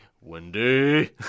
Wendy